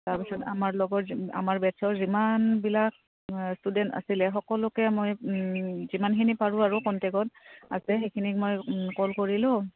তাৰপিছত আমাৰ লগৰ আমাৰ বেটছৰ যিমানবিলাক ষ্টুডেণ্ট আছিলে সকলোকে মই যিমানখিনি পাৰোঁ আৰু কণ্টেকত আছে সেইখিনিক মই কল কৰিলোঁ